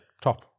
Top